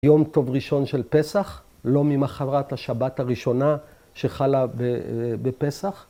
‫יום טוב ראשון של פסח, ‫לא ממחרת השבת הראשונה ‫שחלה בפסח.